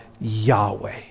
Yahweh